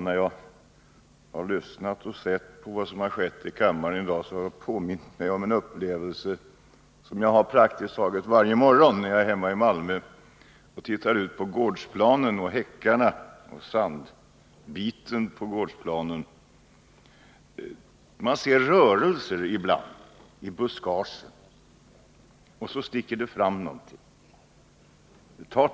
När jag har lyssnat och sett på vad som har skett i kammaren i dag har det påmint mig om en upplevelse som jag har praktiskt taget varje morgon när jag är hemma i Malmö och tittar ut på häckarna och sandbiten på gårdsplanen. Jag ser rörelser ibland i buskagen, och så sticker det fram någonting